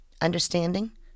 Understanding